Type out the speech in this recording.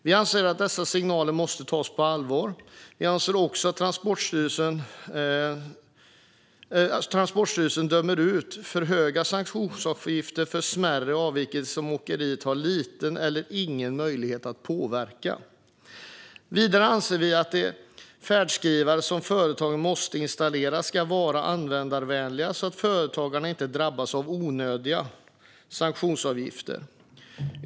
Vi anser att dessa signaler måste tas på allvar. Vi anser också att Transportstyrelsen dömer ut för höga sanktionsavgifter för smärre avvikelser som åkerier har liten eller ingen möjlighet att påverka. Vidare anser vi att de färdskrivare som företagen måste installera ska vara användarvänliga, så att företagen inte drabbas av onödiga sanktionsavgifter.